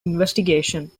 investigation